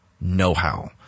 know-how